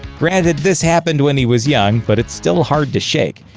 granted, this happened when he was young, but it's still hard to shake.